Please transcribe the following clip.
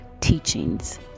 teachings